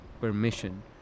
permission